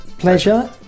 pleasure